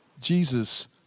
Jesus